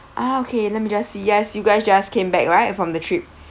okay let me just see yes you guys just came back right from the trip